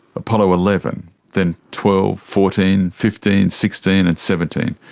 apollo eleven then twelve, fourteen, fifteen, sixteen and seventeen.